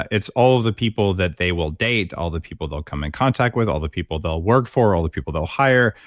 it's all the people that they will date all the people, they'll come in contact with, all the people they'll work for, all the people they'll hire,